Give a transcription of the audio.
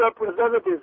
representatives